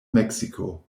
mexico